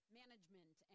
management